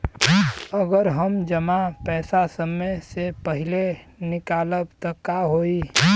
अगर हम जमा पैसा समय से पहिले निकालब त का होई?